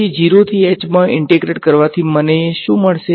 તો 0 થી h માં ઈંટેગ્રેટ કરવાથી મને ફક્ત મળશે